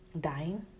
Dying